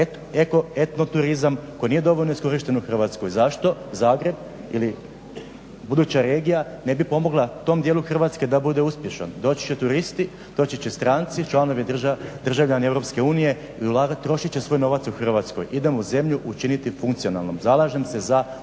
onaj etno turizam koji nije dovoljno iskorišten u Hrvatskoj. Zašto Zagreb ili buduća regija ne bi pomogla tom dijelu Hrvatske da bude uspješan? Doći će turisti, doći će stranci, članovi, državljani Europske unije i trošit će svoj novac u Hrvatskoj. Idemo zemlju učiniti funkcionalnom. Zalažem za